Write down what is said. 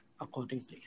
accordingly